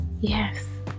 Yes